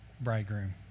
bridegroom